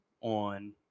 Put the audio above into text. on